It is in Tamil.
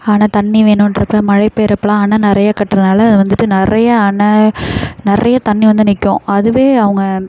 அணை தண்ணி வேணுன்றப்போ மழை பெய்யிறப்பல்லாம் அணை நிறைய கட்டுறதுனால் அது வந்துட்டு நிறைய அணை நிறைய தண்ணி வந்து நிக்கும் அதுவே அவங்க